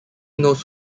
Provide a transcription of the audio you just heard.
knows